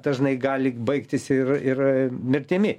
dažnai gali baigtis ir ir mirtimi